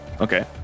Okay